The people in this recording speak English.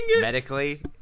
medically